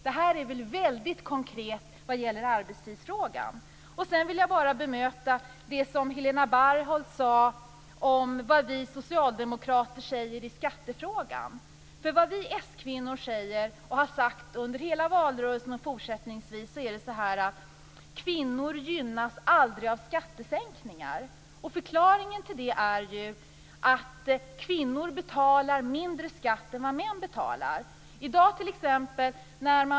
Detta är väl väldigt konkret vad gäller arbetstidsfrågan. Sedan vill jag bemöta det som Helena Bargholtz sade om vad vi socialdemokrater säger i skattefrågan. Vi s-kvinnor säger, och har sagt under hela valrörelsen, att kvinnor aldrig gynnas av skattesänkningar. Förklaringen till det är ju att kvinnor betalar mindre skatt än vad män betalar.